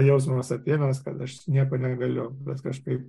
jausmas apėmęs kad aš nieko negaliu bet kažkaip